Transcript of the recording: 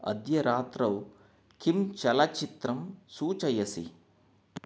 अद्य रात्रौ किम् चलच्चित्रं सूचयसि